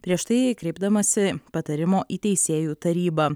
prieš tai kreipdamasi patarimo į teisėjų tarybą